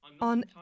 on